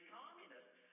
communists